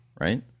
right